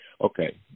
okay